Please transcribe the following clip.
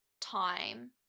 time